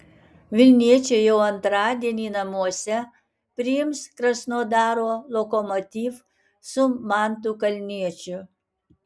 vilniečiai jau antradienį namuose priims krasnodaro lokomotiv su mantu kalniečiu